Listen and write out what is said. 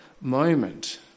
moment